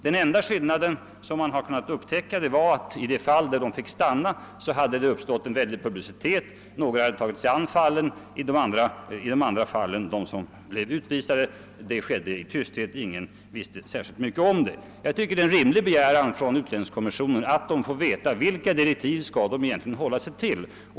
Den enda skillnad man kunnat upptäcka är att i det fall, där zigenarna fick stanna, hade det blivit en mycket stor publicitet — några hade tagit sig an fallet — medan i det fall, där utvisning skedde, allt ägde rum i tysthet och ingen visste särskilt mycket om saken. Jag tycker att det är en rimlig begäran från utlänningskommissionen att den får veta vilka direktiv den egentligen skall hålla sig till.